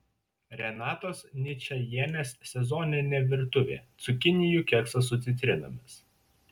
renatos ničajienės sezoninė virtuvė cukinijų keksas su citrinomis